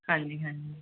ਹਾਂਜੀ ਹਾਂਜੀ